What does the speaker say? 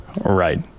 Right